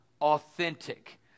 authentic